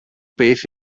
beth